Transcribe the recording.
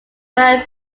manor